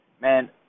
man